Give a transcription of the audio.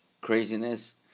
craziness